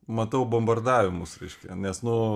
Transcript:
matau bombardavimus reiškia nes nu